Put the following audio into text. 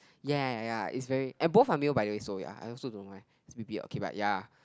ya ya ya it's very and both are male by the way so ya I also don't like it's a bit big okay but ya